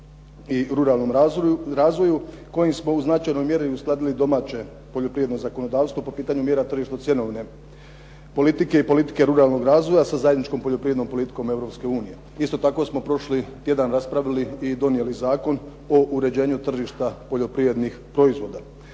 i ruralnom razvoju kojim smo u značajnoj mjeri uskladili domaće poljoprivredno zakonodavstvo po pitanju mjera tržišno cjenovne politike i politike ruralnog razvoja sa zajedničkom poljoprivrednom politikom Europske unije. Isto tako smo prošli tjedan raspravili i donijeli Zakon o uređenju tržišta poljoprivrednih proizvoda.